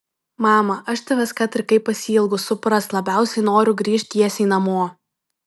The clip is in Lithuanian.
mama aš tavęs kad ir kaip pasiilgus suprask labiausiai noriu grįžt tiesiai namo